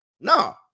No